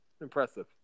impressive